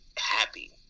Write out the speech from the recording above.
happy